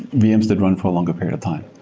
vms did run for a longer period of time.